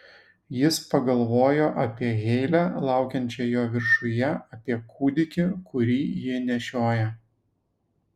jis pagalvojo apie heilę laukiančią jo viršuje apie kūdikį kurį ji nešioja